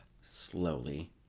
slowly